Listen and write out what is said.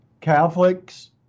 Catholics